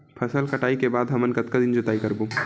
फसल कटाई के बाद हमन कतका दिन जोताई करबो?